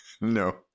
no